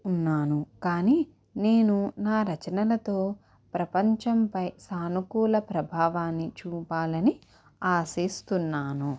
ఉన్నాను కానీ నేను నా రచనలతో ప్రపంచంపై సానుకూల ప్రభావాన్ని చూపాలని ఆశిస్తున్నాను